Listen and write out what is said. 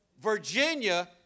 Virginia